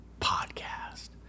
podcast